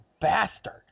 bastard